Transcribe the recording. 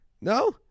No